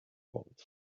gold